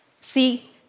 See